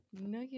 No